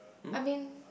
I mean